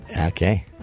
Okay